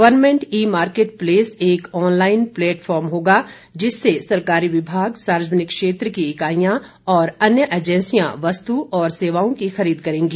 government e market place एक online platform होगा जिससे सरकारी विभाग सार्वजनिक क्षेत्र की इकाईयां और अन्य एजेंसियां वस्तु और सेवाओं की खरीद करेंगी